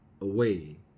away